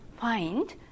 find